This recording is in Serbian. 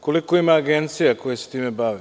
Koliko ima agencija koje se time bave?